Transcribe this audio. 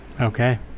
Okay